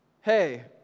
hey